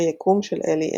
"היקום של אלי אשד"